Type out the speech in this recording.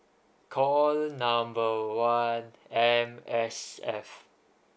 call number one M_S_F